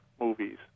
movies